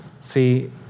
see